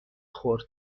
خورد